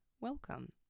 welcome